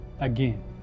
again